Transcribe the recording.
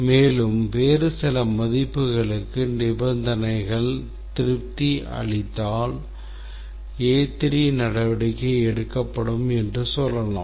மேலும் வேறு சில மதிப்புகளுக்கு நிபந்தனைகள் திருப்தி அளித்தால் A3 நடவடிக்கை எடுக்கப்படும் என்று சொல்லலாம்